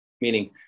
meaning